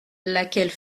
laquelle